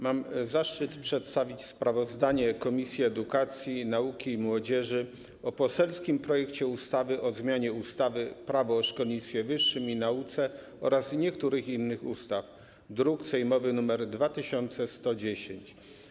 Mam zaszczyt przedstawić sprawozdanie Komisji Edukacji, Nauki i Młodzieży o poselskim projekcie ustawy o zmianie ustawy - Prawo o szkolnictwie wyższym i nauce oraz niektórych innych ustaw, druk sejmowy nr 2110.